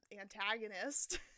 antagonist